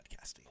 podcasting